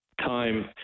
time